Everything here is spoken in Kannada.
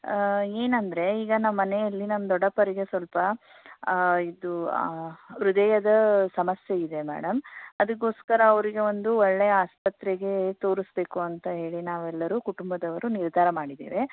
ಏನೆಂದರೆ ಈಗ ನಮ್ಮ ಮನೆಯಲ್ಲಿ ನಮ್ಮ ದೊಡ್ಡಪ್ಪರಿಗೆ ಸ್ವಲ್ಪ ಇದು ಹೃದಯದ ಸಮಸ್ಯೆಯಿದೆ ಮೇಡಮ್ ಅದಕ್ಕೋಸ್ಕರ ಅವರಿಗೆ ಒಂದು ಒಳ್ಳೆಯ ಆಸ್ಪತ್ರೆಗೆ ತೋರಿಸಬೇಕು ಅಂತ ಹೇಳಿ ನಾವೆಲ್ಲರೂ ಕುಟುಂಬದವರು ನಿರ್ಧಾರ ಮಾಡಿದ್ದೇವೆ